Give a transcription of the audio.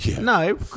No